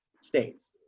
states